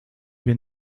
wir